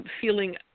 feeling